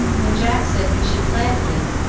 and jack said he should plant his,